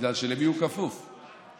בגלל מי שהוא כפוף לו.